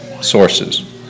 sources